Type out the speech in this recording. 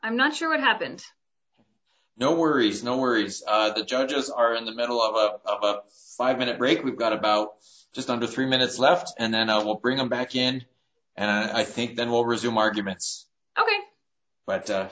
i'm not sure what happened no worries no worries the judges are in the middle of up up five minute break we've got about just under three minutes left and then i will bring them back in and i think then we'll resume arguments